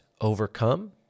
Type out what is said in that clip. overcome